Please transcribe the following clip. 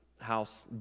house